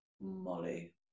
Molly